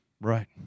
Right